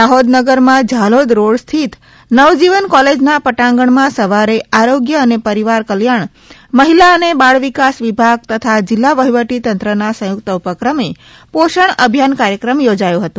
દાહોદ નગરમાં ઝાલોદ રોડ સ્થિત નવજીવન કોલેજના પટાંગણમાં સવારે આરોગ્ય અને પરિવાર કલ્યાણ મહિલા અને બાળ વિકાસ વિભાગ તથા જિલ્લા વહીવટી તંત્રના સંયુક્ત ઉપક્રમે પોષણ અભિયાન કાર્યક્રમ યોજાયો હતો